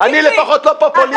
אני לפחות לא פופוליסט כמוך.